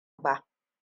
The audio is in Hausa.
ba